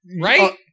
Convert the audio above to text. Right